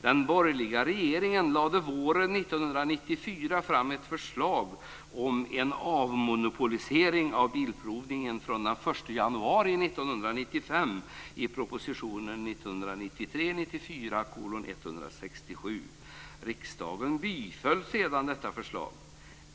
Den borgerliga regeringen lade våren 1994 fram ett förslag om en avmonopolisering av bilprovningen från den 1 januari 1995 i propositionen 1993/94:167. Riksdagen biföll sedan detta förslag.